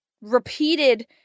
repeated